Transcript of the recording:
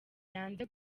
yanze